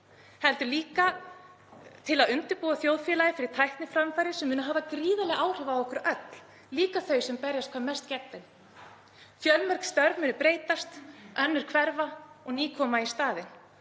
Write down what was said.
heldur líka til að undirbúa þjóðfélagið fyrir tækniframfarir sem munu hafa gríðarleg áhrif á okkur öll, líka þau sem berjast hvað mest gegn þeim. Fjölmörg störf munu breytast. Önnur hverfa og ný koma í staðinn.